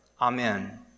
Amen